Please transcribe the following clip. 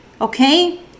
okay